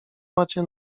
macie